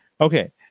Okay